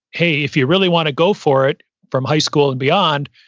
hey, if you really want to go for it from high school and beyond,